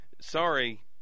sorry